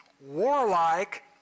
warlike